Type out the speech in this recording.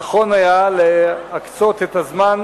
נכון היה להקצות את הזמן